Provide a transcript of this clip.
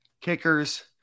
kickers